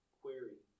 query